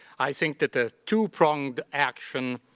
i think that a two pronged action